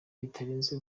bitarenze